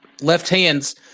left-hands